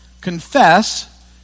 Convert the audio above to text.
confess